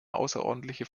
außerordentliche